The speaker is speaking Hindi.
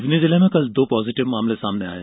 सिवनी में कल दो पॉजिटिव मामले सामने आये